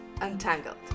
Untangled